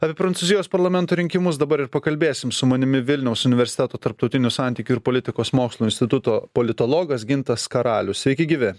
ar prancūzijos parlamento rinkimus dabar ir pakalbėsim su manimi vilniaus universiteto tarptautinių santykių politikos mokslų instituto politologas gintas karalius sveiki gyvi